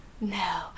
No